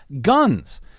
guns